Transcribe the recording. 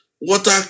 water